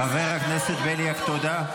חבר הכנסת בליאק, תודה.